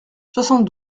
soixante